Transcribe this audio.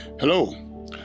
Hello